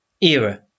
era